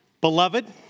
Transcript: Beloved